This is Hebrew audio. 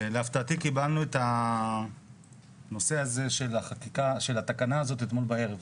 להפתעתי קיבלנו את הנושא הזה של התקנה הזאת אתמול בערב.